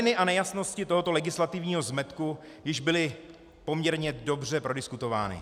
Trhliny a nejasnosti tohoto legislativního zmetku již byly poměrně dobře prodiskutovány.